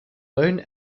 lone